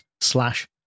slash